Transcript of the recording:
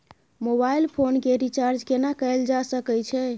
Mobile phone के recharge केना कैल जा सकै छै?